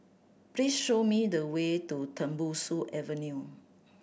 please show me the way to Tembusu Avenue